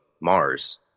mars